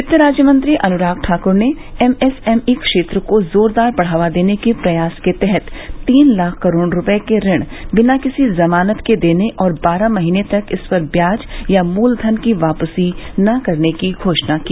वित्त राज्य मंत्री अनुराग ठाक्र ने एमएसएमई क्षेत्र को जोरदार बढावा देने के प्रयास के तहत तीन लाख करोड़ रुपए के ऋण बिना किसी जमानत के देने और बारह महीने तक इस पर ब्याज या मूलधन की वापसी न करने की घोषणा की